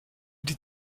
die